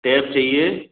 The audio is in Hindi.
टेप चाहिए